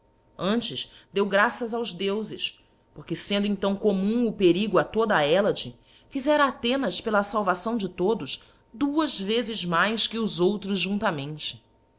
antes deu graças aos deufes porque fendo então commum o perigo a toda a hellace fizera athenas pela falvação de todos duas vezes mais que os outros juntamente